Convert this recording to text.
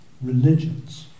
religions